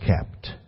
kept